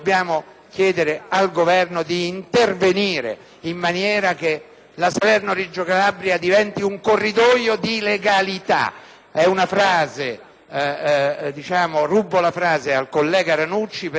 chiederemo al Governo di intervenire in maniera che la Salerno-Reggio Calabria diventi un corridoio di legalità. Rubo la frase al collega Ranucci perché